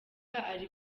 ari